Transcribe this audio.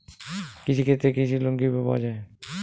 কৃষি ক্ষেত্রে কৃষি লোন কিভাবে পাওয়া য়ায়?